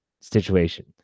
situation